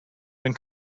when